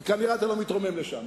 אתה כנראה לא מתרומם לשם.